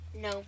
No